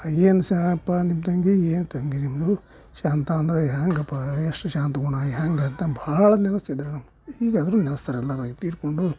ಏನು ಶಾಣಪ್ಪ ನಿಮ್ಮ ತಂಗಿ ಏನು ತಂಗಿ ನಿಮ್ಮದು ಶಾಂತ ಅಂದರೆ ಹೇಗಪ್ಪ ಎಷ್ಟು ಶಾಂತ ಗುಣ ಹೇಗಂತ ಭಾಳ ನೆನ್ಸ್ತಿದ್ರು ಈಗಾದರೂ ನೆನ್ಸ್ತಾರೆ ಎಲ್ಲರೂ ತೀರಿಕೊಂಡು